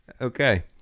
okay